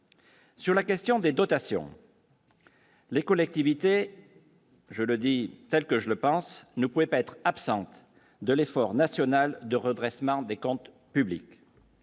sur la question des dotations. Les collectivités, je le dis, telle que je le pense, ne pouvait pas être absente de l'effort national de redressement des comptes publics.